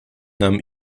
nahmen